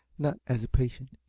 not as a patient,